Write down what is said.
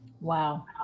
Wow